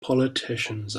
politicians